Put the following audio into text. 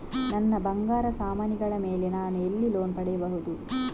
ನನ್ನ ಬಂಗಾರ ಸಾಮಾನಿಗಳ ಮೇಲೆ ನಾನು ಎಲ್ಲಿ ಲೋನ್ ಪಡಿಬಹುದು?